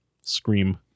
scream